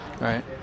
Right